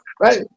right